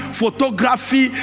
photography